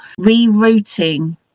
rerouting